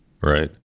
right